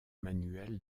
manuel